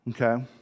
Okay